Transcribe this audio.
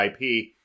IP